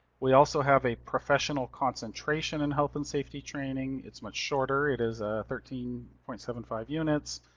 we also have a professional concentration in health and safety training. it's much shorter, it is ah thirteen point seven five units,